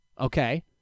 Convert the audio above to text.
okay